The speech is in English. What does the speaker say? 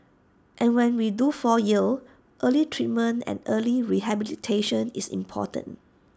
and when we do fall ill early treatment and early rehabilitation is important